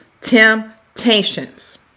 temptations